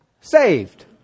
saved